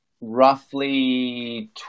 roughly